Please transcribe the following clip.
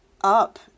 up